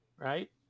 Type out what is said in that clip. Right